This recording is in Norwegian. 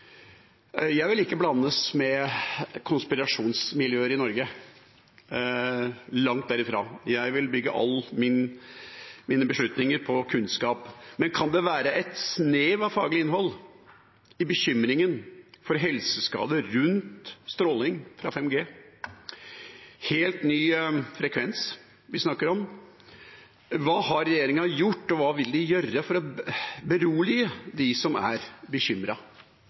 Jeg vil ikke forbindes med konspirasjonsmiljøer i Norge, langt derifra. Jeg vil bygge alle mine beslutninger på kunnskap. Men kan det være et snev av faglig innhold i bekymringen for helseskader rundt stråling fra 5G? Det er en helt ny frekvens vi snakker om. Hva har regjeringa gjort, og hva vil de gjøre for å berolige dem som er